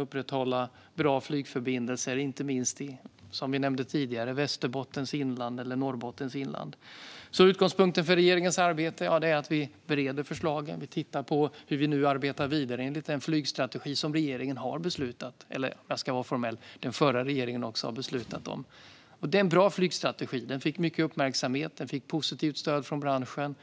upprätthåller bra flygförbindelser i inte minst, som vi nämnde tidigare, Västerbottens eller Norrbottens inland. Regeringen arbetar med att bereda förslagen och tittar på hur vi ska arbeta vidare enligt den flygstrategi som regeringen har beslutat om och - jag ska vara formell - den förra regeringen också har beslutat om. Det är en bra flygstrategi. Den fick mycket uppmärksamhet, och den fick positivt stöd från branschen.